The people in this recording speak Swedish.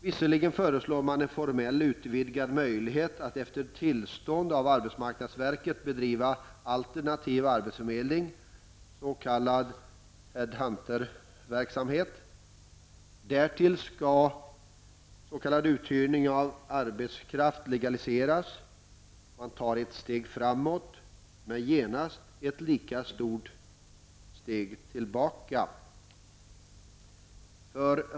Visserligen föreslår man en formell utvidgad möjlighet att efter tillstånd av arbetsmarknadsverket bedriva alternativ arbetsförmedling, s.k. head-hunter-verksamhet. Därtill skall s.k. uthyrning av arbetskraft legaliseras. Man tar ett steg framåt, men genast ett lika stort steg tillbaka.